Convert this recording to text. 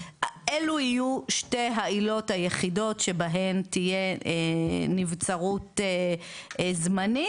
אלו יהיו שתי העילות היחידות שבהן תהיה נבצרות זמנית,